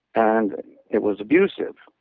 and it was abusive.